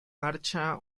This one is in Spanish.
marcha